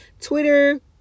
twitter